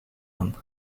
aan